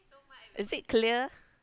is it clear